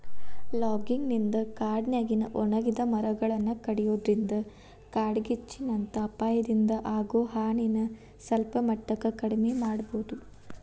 logging ನಿಂದ ಕಾಡಿನ್ಯಾಗಿನ ಒಣಗಿದ ಮರಗಳನ್ನ ಕಡಿಯೋದ್ರಿಂದ ಕಾಡ್ಗಿಚ್ಚಿನಂತ ಅಪಾಯದಿಂದ ಆಗೋ ಹಾನಿನ ಸಲ್ಪಮಟ್ಟಕ್ಕ ಕಡಿಮಿ ಮಾಡಬೋದು